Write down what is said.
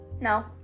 No